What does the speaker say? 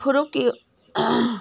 ꯐꯨꯔꯨꯞꯀꯤ